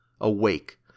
Awake